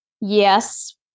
Yes